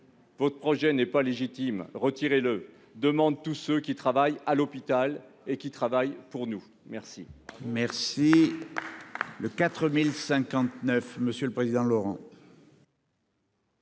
Votre projet n'est pas légitime, retirez-le !», demandent tous ceux qui travaillent à l'hôpital et qui travaillent pour nous. La